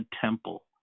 temple